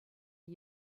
and